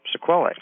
sequelae